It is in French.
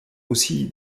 aussi